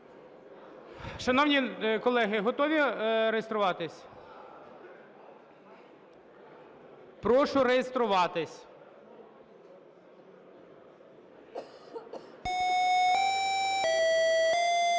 Шановні колеги, готові реєструватись? Прошу реєструватись. 10:07:38